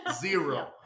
zero